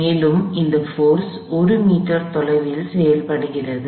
மேலும் இந்த force 1 metre தொலைவில் செயல்படுகிறது